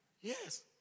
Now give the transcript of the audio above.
Yes